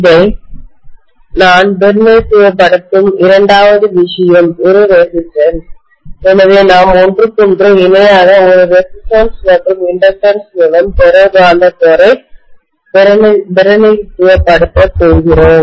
இதை நான் பிரதிநிதித்துவப்படுத்தும் இரண்டாவது விஷயம் ஒரு ரெசிஸ்டன்ஸ் எனவே நாம் ஒன்றுக்கொன்று இணையாக ஒரு ரெசிஸ்டன்ஸ் மற்றும் இண்டக்டன்ஸ் மூலம் ஃபெரோ காந்த கோரை பிரதிநிதித்துவப்படுத்தப் போகிறோம்